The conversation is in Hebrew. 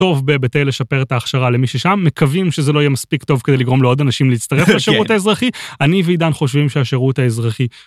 טוב בהיבטי לשפר את ההכשרה למי ששם מקווים שזה לא יהיה מספיק טוב כדי לגרום לעוד אנשים להצטרף לשירות האזרחי , אני ועידן חושבים שהשירות האזרחי.